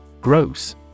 Gross